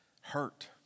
hurt